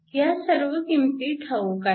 ह्या सर्व किंमती ठाऊक आहेत